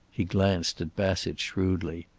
he glanced at bassett shrewdly.